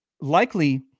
likely